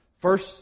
First